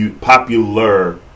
Popular